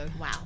Wow